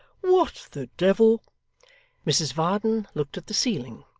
what the devil mrs varden looked at the ceiling,